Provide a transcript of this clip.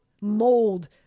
mold